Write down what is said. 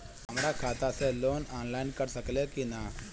हमरा खाता से लोन ऑनलाइन कट सकले कि न?